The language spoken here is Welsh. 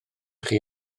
chi